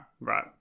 right